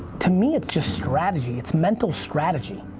to me it's just strategy, it's mental strategy,